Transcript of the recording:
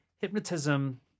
hypnotism